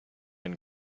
and